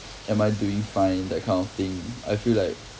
am I doing fine that kind of thing I feel like